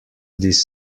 this